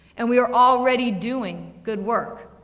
and we are already doing good work.